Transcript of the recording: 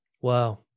wow